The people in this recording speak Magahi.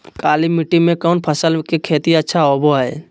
काली मिट्टी में कौन फसल के खेती अच्छा होबो है?